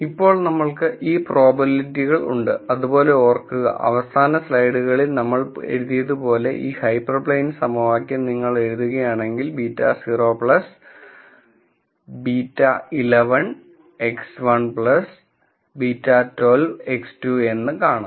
ഇപ്പോൾ നമ്മൾക്ക് ഈ പ്രോബബിലിറ്റികൾ ഉണ്ട് അതുപോലെ ഓർക്കുക അവസാനത്തെ സ്ലൈഡുകളിൽ നമ്മൾ എഴുതിയപോലെ ഈ ഹൈപ്പർ പ്ലെയിൻ സമവാക്യം നിങ്ങൾ എഴുതുകയാണെങ്കിൽ β0 β11 X1 β12 X2 എന്ന് കാണം